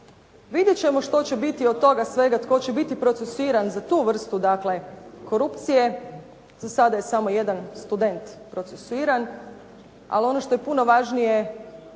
Vidjeti ćemo što će biti od toga svega, tko će biti procesuiran za tu vrstu, dakle korupcije. Za sada je samo jedan student procesuiran, ali ono što je puno važnije,